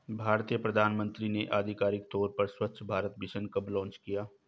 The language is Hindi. भारतीय प्रधानमंत्री ने आधिकारिक तौर पर स्वच्छ भारत मिशन कब लॉन्च किया?